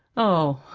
oh,